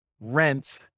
Rent